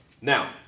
Now